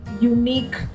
unique